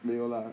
没有啦